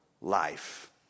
life